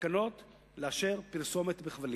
תקנות לאשר פרסומת בכבלים.